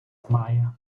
знає